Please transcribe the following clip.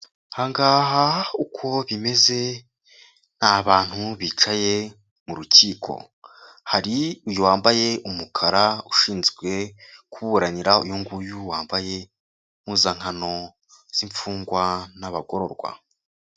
Aha ngaha uko bimeze, ni bantu bicaye mu rukiko, hari uyu wambaye umukara ushinzwe kuburanira uyu nguyu wambaye impuzankano z'imfungwa n'abagororwa.